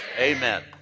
amen